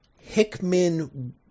Hickman